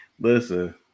Listen